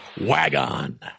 Wagon